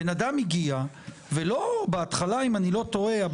האדם הגיע ואם איני טועה,